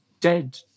dead